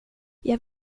jag